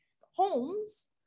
homes